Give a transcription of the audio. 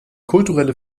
kulturelle